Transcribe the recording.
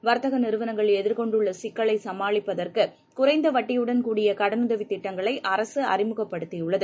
வர்த்தகநிறுவனங்கள் எதிர்கொண்டுள்ளசிக்கலைசமாளிப்பதற்குகுறைந்தவட்டியுடன் கடனுதவித் கூடிய திட்டங்களைஅரசுஅறிமுகப்படுத்தியுள்ளது